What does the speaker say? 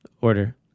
Order